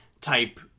type